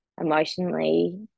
emotionally